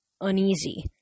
uneasy